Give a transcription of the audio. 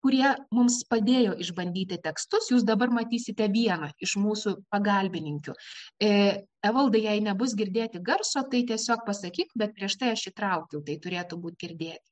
kurie mums padėjo išbandyti tekstus jūs dabar matysite vieną iš mūsų pagalbininkių evaldai jei nebus girdėti garso tai tiesiog pasakyk bet prieš tai aš įtraukiau tai turėtų būt girdėti